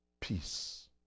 peace